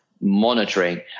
monitoring